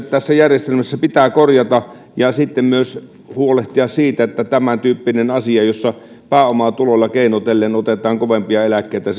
tässä järjestelmässä pitää korjata ja sitten myös huolehtia siitä että tämäntyyppistä asiaa jossa pääomatuloilla keinotellen otetaan kovempia eläkkeitä